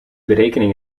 berekening